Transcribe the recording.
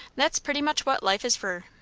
that's pretty much what life is fur.